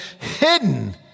hidden